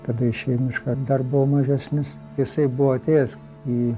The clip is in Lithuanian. tada iš miško dar buvo mažesnis jisai buvo atėjęs į